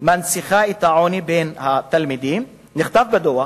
מנציח את העוני בין התלמידים" נכתב בדוח,